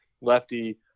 lefty